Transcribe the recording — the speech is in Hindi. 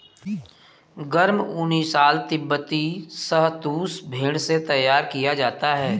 गर्म ऊनी शॉल तिब्बती शहतूश भेड़ से तैयार किया जाता है